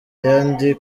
ayandi